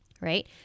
Right